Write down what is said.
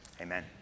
Amen